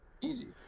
Easy